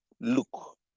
Look